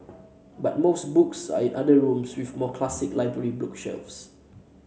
but most books are in other rooms with more classic library bookshelves